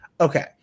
Okay